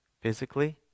Physically